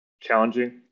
challenging